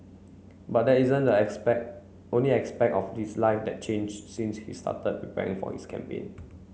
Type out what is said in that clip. but that isn't the aspect only aspect of this life that changed since he started preparing for his campaign